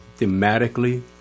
thematically